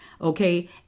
Okay